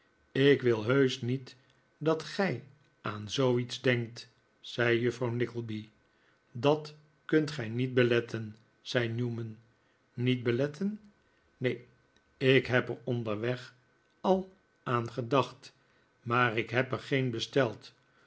ik wil heusch niet dat gij aan zooiets denkt zei juffrouw nickleby dat kunt gij niet beletten zei newman niet beletten neen ik heb er onderweg al aan gedacht maar ik heb er geen besteld